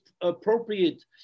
appropriate